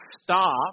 Stop